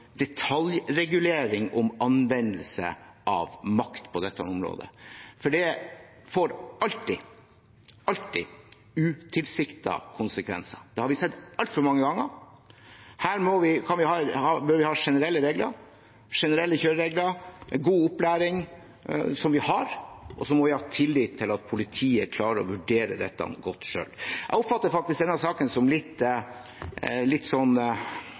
detaljregulering om anvendelse av makt på dette området, for det får alltid, alltid utilsiktede konsekvenser. Det har vi sett altfor mange ganger. Her bør vi ha generelle regler, generelle kjøreregler, god opplæring, som vi har, og så må vi ha tillit til at politiet klarer å vurdere dette godt selv. Jeg oppfatter faktisk denne saken som litt